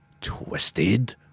Twisted